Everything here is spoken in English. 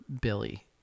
billy